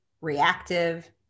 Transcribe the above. reactive